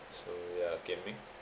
so ya get what I mean